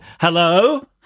Hello